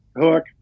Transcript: hook